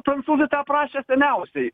prancūzai tą aprašę seniausiai